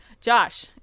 Josh